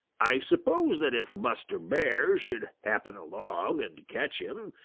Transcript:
i suppose that if buster bear should happen along and catch him,